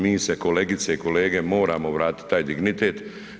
Mi se, kolegice i kolege moramo vratiti taj dignitet.